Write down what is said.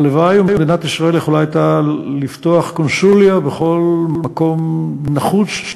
הלוואי שמדינת ישראל יכולה הייתה לפתוח קונסוליה בכל מקום נחוץ,